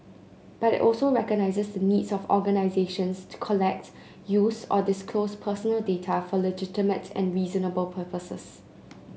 but it also recognises the needs of organisations to collect use or disclose personal data for legitimate and reasonable purposes